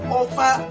offer